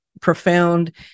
profound